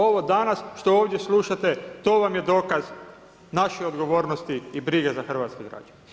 Ovo danas što ovdje slušate, to vam je dokaz naše odgovornosti i brige za hrvatske građane.